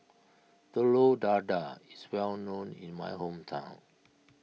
Telur Dadah is well known in my hometown